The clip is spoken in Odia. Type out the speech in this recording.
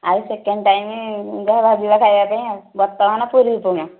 ଆଉ ସେକେଣ୍ଡ ଟାଇମ ଯାହା ଭାବିବା ଖାଇବା ପାଇଁ ଆଉ ବର୍ତ୍ତମାନ ପୁରୀ ଉପମା